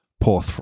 poor